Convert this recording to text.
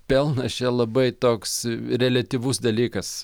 pelnas čia labai toks reliatyvus dalykas